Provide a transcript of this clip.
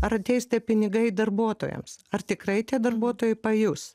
ar ateis tie pinigai darbuotojams ar tikrai tie darbuotojai pajus